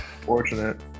Fortunate